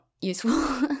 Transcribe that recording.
useful